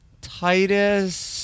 Titus